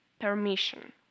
permission